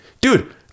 dude